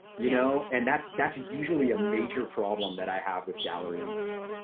you know and that's that's usually a major problem that i have with gallery owners,